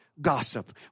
Gossip